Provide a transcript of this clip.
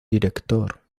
director